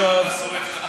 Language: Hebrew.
אדוני היושב-ראש,